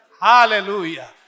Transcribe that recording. Hallelujah